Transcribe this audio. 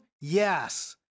yes